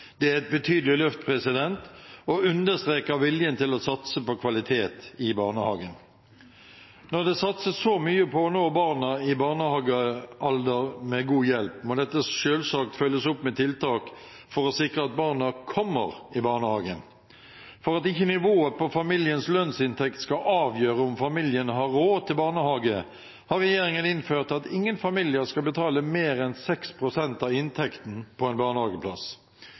Det er et betydelig løft og understreker viljen til å satse på kvalitet i barnehagen. Når det satses så mye på å nå barna i barnehagealder med god hjelp, må dette selvsagt følges opp med tiltak for å sikre at barna kommer i barnehagen. For at ikke nivået på familiens lønnsinntekt skal avgjøre om familien har råd til barnehage, har regjeringen innført at ingen familier skal betale mer enn 6 pst. av inntekten på en barnehageplass.